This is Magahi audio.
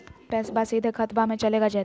पैसाबा सीधे खतबा मे चलेगा जयते?